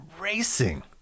racing